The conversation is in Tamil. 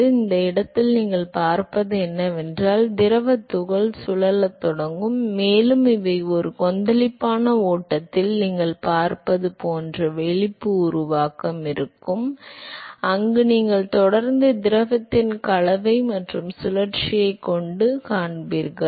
எனவே இந்த இடத்தில் நீங்கள் பார்ப்பது என்னவென்றால் திரவத் துகள் சுழலத் தொடங்கும் மேலும் இவை ஒரு கொந்தளிப்பான ஓட்டத்தில் நீங்கள் பார்ப்பது போன்ற விழிப்பு உருவாக்கம் இருக்கும் அங்கு நீங்கள் தொடர்ந்து திரவத்தின் கலவை மற்றும் சுழற்சியைக் கொண்டிருப்பதை நீங்கள் காண்பீர்கள்